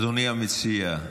אדוני המציע?